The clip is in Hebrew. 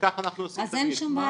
וכך אנחנו עושים תמיד.